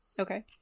Okay